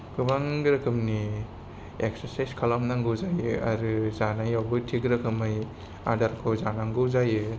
गोबां रोखोमनि एक्सारसायज खालामनांगौ जायो आरो जानायावबो थिग रोखोमै आदारखौ जानांगौ जायो